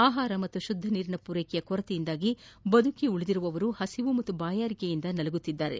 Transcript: ಆಹಾರ ಮತ್ತು ಶುದ್ದ ನೀರಿನ ಪೂರೈಕೆಯ ಕೊರತೆಯಿಂದಾಗಿ ಬದುಕುಳಿದಿರುವವರು ಹಸಿವು ಹಾಗೂ ಬಾಯಾರಿಕೆಯಿಂದ ನಲುಗುತ್ತಿದ್ದಾರೆ